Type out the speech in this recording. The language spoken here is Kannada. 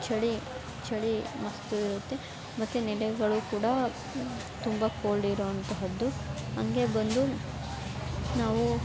ಚಳಿ ಚಳಿ ಮಸ್ತಿರುತ್ತೆ ಮತ್ತು ನೆಲೆಗಳು ಕೂಡ ತುಂಬ ಕೋಲ್ಡ್ ಇರುವಂತಹದ್ದು ಹಂಗೆ ಬಂದು ನಾವು